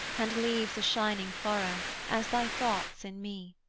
and leaves a shining furrow, as thy thoughts in me.